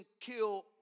kill